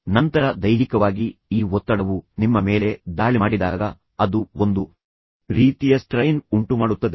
ತದನಂತರ ದೈಹಿಕವಾಗಿ ಈ ಒತ್ತಡವು ನಿಮ್ಮ ಮೇಲೆ ದಾಳಿ ಮಾಡಿದಾಗ ಅದು ಒಂದು ರೀತಿಯ ಸ್ಟ್ರೈನ್ ಉಂಟುಮಾಡುತ್ತದೆ